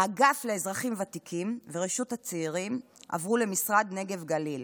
האגף לאזרחים ותיקים ורשות הצעירים עברו למשרד נגב-גליל,